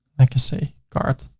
i can say cart,